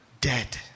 dead